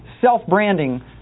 self-branding